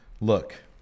Look